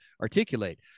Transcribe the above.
articulate